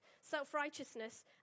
self-righteousness